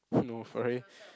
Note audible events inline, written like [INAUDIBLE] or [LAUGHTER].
[BREATH] no Ferrari